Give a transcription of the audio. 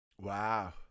Wow